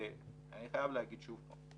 אני חייב להגיד שוב פעם.